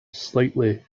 slightly